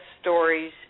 stories